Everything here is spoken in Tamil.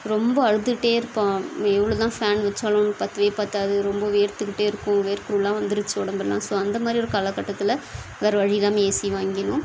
ரொம்ப அழுதுக்கிட்டே இருப்பான் எவவளோ தான் ஃபேன் வைச்சாலும் அவனுக்கு பற்றவே பற்றாது ரொம்ப வேர்த்துக்கிட்டே இருக்கும் வேர்க்குரெல்லாம் வந்துருச்சு உடம்பெல்லாம் ஸோ அந்தமாதிரி ஒரு காலக்கட்டத்தில் வேறு வழி இல்லாமல் ஏசி வாங்கினோம்